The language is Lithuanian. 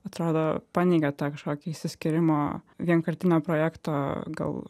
atrado paneigė tą kažkokį išsiskyrimo vienkartinio projekto gal